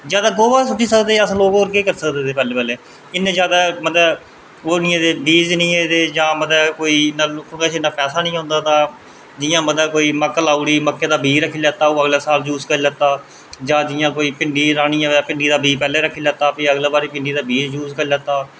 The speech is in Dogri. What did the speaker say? जां गोहा सुट्टी सकदे हे अस लोक होर केह् करी सकदे हे इन्ने जादा मतलब ओह् निं थे बीज निं थे जां कोई लोकें कश पैसा निं होंदा तां जियां कोई मक्क लाई ओड़ी ते मक्कें दी बीऽ रक्खी ओड़ेआ ते ओह् अगले साल यूज़ करी लैता जां जियां भी भिंडी राह्नी होऐ ते बीऽ रक्खी लैता ते अगले बारी बीऽ लाई लैता